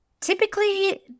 Typically